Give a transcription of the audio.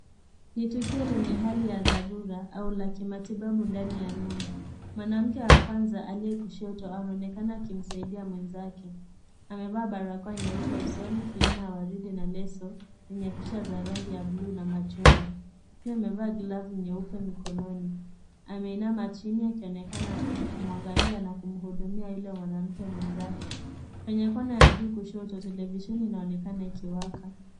Ni tukio lenye hali ya dharura au la kimatibabu ndani ya nyumba. Mwanamke wa kwanza aliye kushoto anaonekana akimsaidia mwenzake, amevaa barakoa nyeupe usoni vulana ya waridi na leso yenye picha za rangi ya blue na Kuna machungwa pia amevaa glavu nyeupe mikononi. Ameinama chini akionekana akimwangalia na kumhudumia yule mwanamke mwenzake. Kwenye mkono wa juu kushoto televisheni inaonekana ikiwaka.